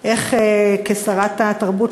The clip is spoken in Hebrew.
איך כשרת התרבות,